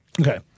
Okay